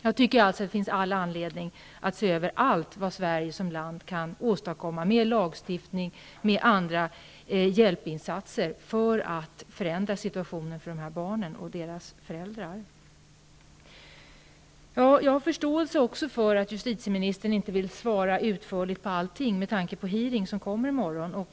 Jag tycker alltså att det finns all anledning att se över vad Sverige som land kan åstadkomma med lagstiftning och andra insatser för att förändra situationen för de här barnen och deras föräldrar. Jag har förståelse för att justitieministern inte vill svara utförligt på allting, med tanke på den hearing som äger rum i morgon.